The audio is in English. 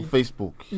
Facebook